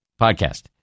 podcast